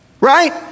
Right